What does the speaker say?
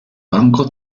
banco